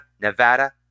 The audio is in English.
Nevada